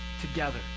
together